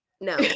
No